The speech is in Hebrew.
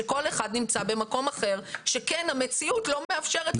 שכל אחד נמצא במקום אחר שכן המציאות לא מאפשרת לשבת ביחד.